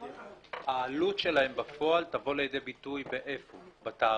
העלות שלהם בפועל תבוא לידי ביטוי באיפה בתעריף?